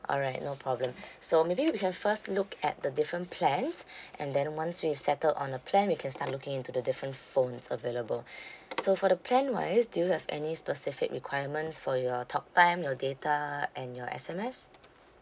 alright no problem so maybe we can first look at the different plans and then once we've settled on the plan we can start looking into the different phones available so for the plan wise do you have any specific requirements for your talk time your data and your S_M_S